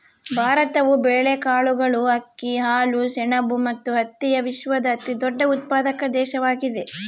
ಭಾರತವು ಬೇಳೆಕಾಳುಗಳು, ಅಕ್ಕಿ, ಹಾಲು, ಸೆಣಬು ಮತ್ತು ಹತ್ತಿಯ ವಿಶ್ವದ ಅತಿದೊಡ್ಡ ಉತ್ಪಾದಕ ದೇಶವಾಗಿದೆ